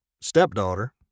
stepdaughter